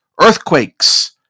earthquakes